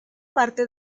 parte